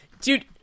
Dude